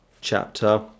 chapter